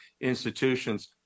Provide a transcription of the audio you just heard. institutions